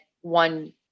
one